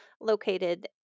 located